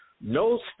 No